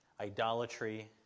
idolatry